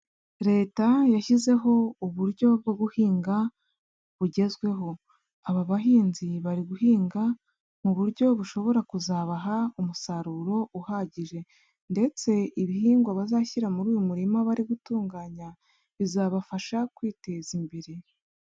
Leta yashyizeho uburyo bwo guhinga bugezweho, aba bahinzi bari guhinga mu buryo bushobora kuzabaha umusaruro uhagije, ndetse ibihingwa bazashyira muri uyu murima bari gutunganya, bizabafasha kwiteza imbere.